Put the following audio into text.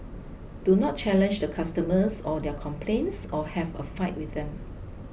do not challenge the customers or their complaints or have a fight with them